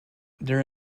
there